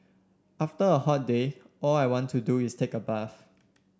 after a hot day all I want to do is take a bath